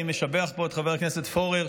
ואני משבח פה את חבר הכנסת פורר,